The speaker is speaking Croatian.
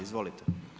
Izvolite.